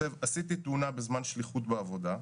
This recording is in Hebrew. כותב: עשיתי תאונה בזמן שליחות בעבודה.